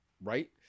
right